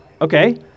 Okay